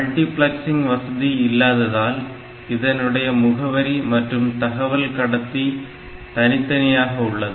multiplexing வசதி இல்லாததால் இதனுடைய முகவரி மற்றும் தகவல் கடத்தி தனித்தனியாக உள்ளது